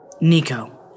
Nico